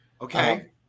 Okay